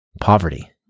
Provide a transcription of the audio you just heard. poverty